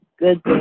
good